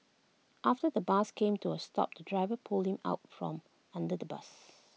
after the bus came to A stop the driver pulled him out from under the bus